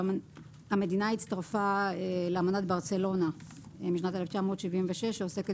המדינה הצטרפה לאמנת ברצלונה משנת 1976 שעוסקת